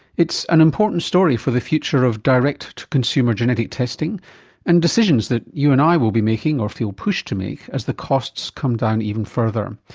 it's an important story for the future of direct-to-consumer genetic testing and decisions that you and i will be making or feel pushed to make as the costs come down even further.